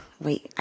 wait